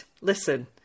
listen